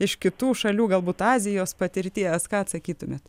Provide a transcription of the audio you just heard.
iš kitų šalių galbūt azijos patirties ką atsakytumėt